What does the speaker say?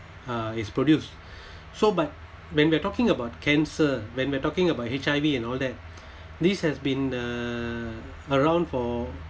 uh is produced so but when we're talking about cancer when we're talking about H_I_V and all that this has been uh around for